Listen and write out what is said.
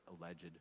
alleged